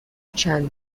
چند